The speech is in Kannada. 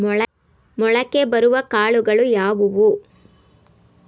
ಮೊಳಕೆ ಬರುವ ಕಾಳುಗಳು ಯಾವುವು?